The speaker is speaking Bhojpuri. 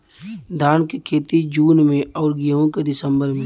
धान क खेती जून में अउर गेहूँ क दिसंबर में?